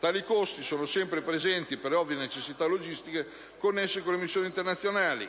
Tali costi sono sempre presenti, per le ovvie necessità logistiche connesse con le missioni internazionali.